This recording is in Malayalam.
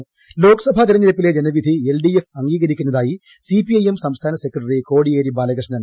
കോടിയേരി ബാലകൃഷ്ണൻ ലോക്സഭാ തെരഞ്ഞെടുപ്പിലെ ജനവിധി എൽ ഡി എഫ് അംഗീകരിക്കുന്നതായി സി പി ഐ എം സംസ്ഥാന സെക്രട്ടറി കോടിയേരി ബാലകൃഷ്ണൻ